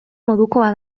modukoa